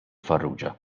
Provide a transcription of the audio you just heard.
farrugia